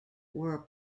were